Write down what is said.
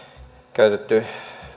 käytetty